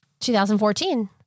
2014